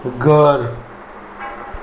ઘર